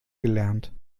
gelernt